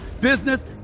business